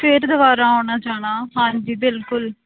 ਫਿਰਰ ਦੁਬਾਰਾ ਆਉਣਾ ਜਾਣਾ ਹਾਂਜੀ ਬਿਲਕੁਲ